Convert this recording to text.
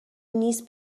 نیست